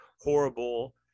horrible